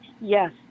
Yes